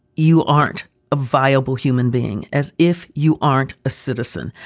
you aren't a viable human being as if you aren't a citizen,